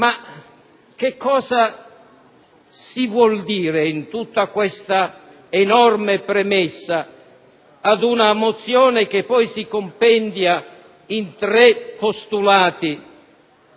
che cosa si vuole intendere in tutta questa enorme premessa di una mozione, che poi si compendia in tre postulati,